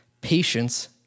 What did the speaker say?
patience